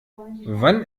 wann